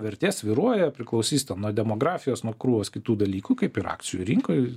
vertė svyruoja priklausys nuo demografijos nuo krūvos kitų dalykų kaip ir akcijų rinkoj